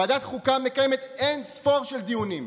ועדת חוקה מקיימת אין-ספור דיונים,